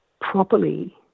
properly